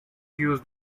use